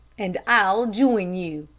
and i'll join you,